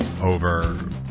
over